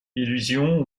illusions